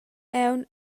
aunc